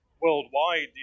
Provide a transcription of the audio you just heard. worldwide